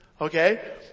Okay